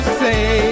say